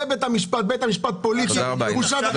זה בית המשפט, בית המשפט פוליטי, זו בושה וחרפה.